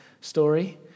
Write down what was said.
story